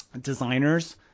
designers